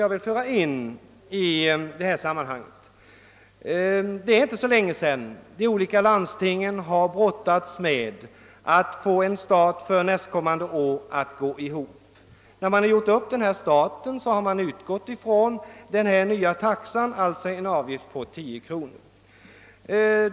Jag vill emellertid påpeka en annan sak i detta sammanhang. Det är inte så länge sedan de olika landstingen brottades med att få staten för nästkommande år att gå ihop. Vid uppgörandet av staten har man utgått från den nya taxan, d.v.s. en avgift på 10 kr.